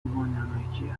بانمکیه